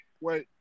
wait